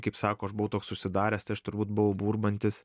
kaip sako aš buvau toks užsidaręs tai aš turbūt buvau burbantis